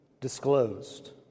disclosed